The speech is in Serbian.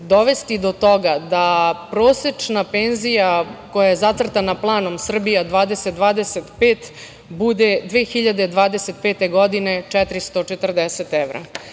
dovesti do toga da prosečna penzija koja je zacrtana planom Srbija 2025 bude 2025. godine 440 evra. Na